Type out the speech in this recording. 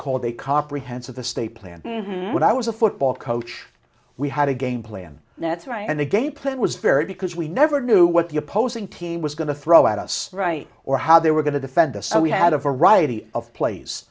called a comprehensive the stay plan when i was a football coach we had a game plan that's right and the game plan was very because we never knew what the opposing team was going to throw at us right or how they were going to defend the so we had a variety of plays